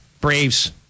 Braves